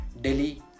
Delhi